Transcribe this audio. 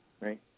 right